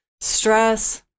stress